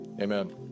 Amen